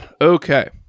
Okay